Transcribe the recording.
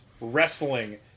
Wrestling